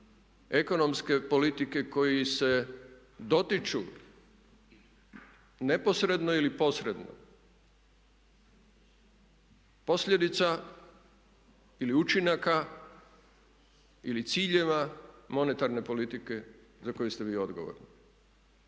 ekonomske politike koji se dotiču neposredno ili posredno posljedica ili učinaka ili ciljeva monetarne politike za koju ste vi odgovorni.